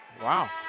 Wow